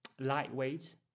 lightweight